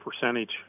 percentage